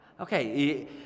Okay